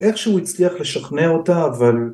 איך שהוא הצליח לשכנע אותה אבל